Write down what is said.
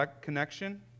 connection